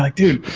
like dude!